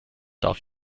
darf